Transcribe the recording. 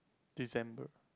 December